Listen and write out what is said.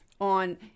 on